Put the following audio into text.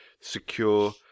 secure